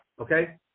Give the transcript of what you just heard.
Okay